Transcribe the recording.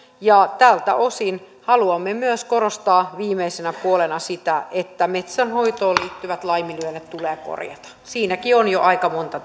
tältä osin haluamme myös korostaa viimeisenä puolena sitä että metsänhoitoon liittyvät laiminlyönnit tulee korjata siinäkin on jo aika monta